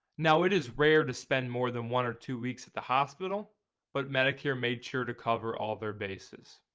now it is rare to spend more than one or two weeks at the hospital but medicare made sure to cover all their bases.